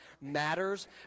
matters